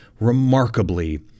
remarkably